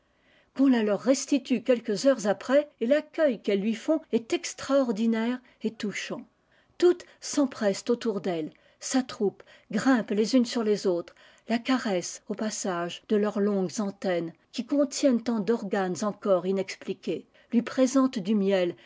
qu'on la leur restitue quelques heures après et l'accueil qu'elles lui font est extraordinaire et touchant toulos s'empressent autour d'elle s'attroupent grimpent les unes sur les autres la caressent au passage de leurs longues antennes qui contiennent tant d'organes encoreânexpliqués prosentent du miel